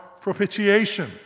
propitiation